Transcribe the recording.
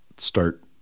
start